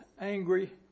angry